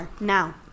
now